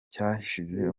cyashize